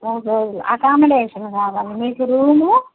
okay accommodation కావాలి మీకు room